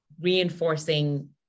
reinforcing